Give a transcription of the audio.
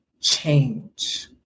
Change